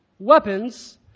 Weapons